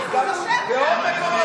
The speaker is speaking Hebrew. על מה אתה מדבר?